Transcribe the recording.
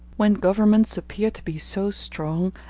when governments appear to be so strong,